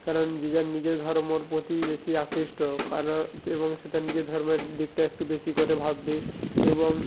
কারণ যে যার নিজে ধর্মর প্রতিই বেশি আকৃষ্ট কারো এবং সে তার নিজের ধর্মের দিকটা একটু বেশি করে ভাববে এবং